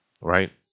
right